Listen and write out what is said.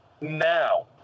now